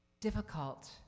Difficult